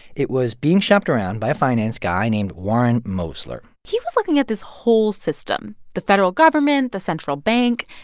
it was being shopped around by a finance guy named warren mosler he was looking at this whole system the federal government, the central bank.